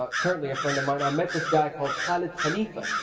ah currently a friend of mine i met this guy called khalid khalifa,